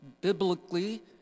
biblically